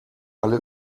alle